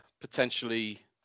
potentially